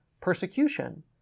persecution